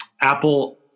Apple